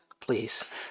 Please